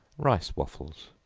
rice waffles.